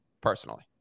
personally